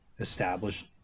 established